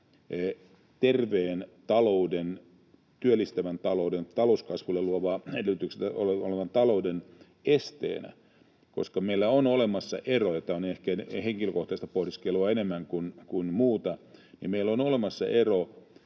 terveen talouden, työllistävän talouden, talouskasvua luovan talouden esteenä. Meillä on olemassa ero — ja tämä on ehkä henkilökohtaista pohdiskelua enemmän kuin muuta — velkaantumisessa,